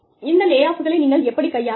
இந்த லே ஆஃப்களை நீங்கள் எப்படி கையாளுவீர்கள்